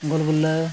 ᱜᱩᱞᱜᱩᱞᱞᱟᱹ